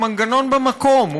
הוא מנגנון במקום.